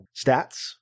stats